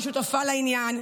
שהיא שותפה לעניין,